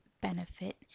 benefit